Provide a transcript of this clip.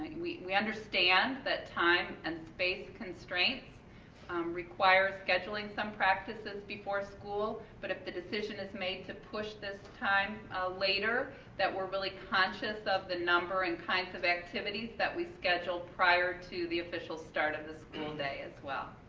we we understand that time and constraints require scheduling some practices before school, but if the decision is made to push this time ah later that we're really conscious of the number and kinds of activities that we schedule prior to the official start of the school day as well.